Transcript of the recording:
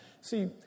See